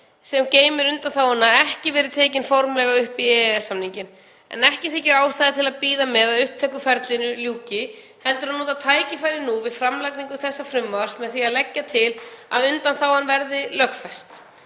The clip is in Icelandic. sem geymir undanþáguna ekki verið tekin formlega upp í EES-samninginn, en ekki þykir ástæða til að bíða með að upptökuferlinu ljúki heldur nota tækifærið nú við framlagningu þessa frumvarps, með því að leggja til að undanþágan verði lögfest.